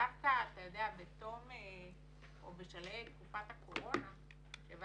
דווקא בתום או בשלהי תקופת הקורונה שבה